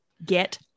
get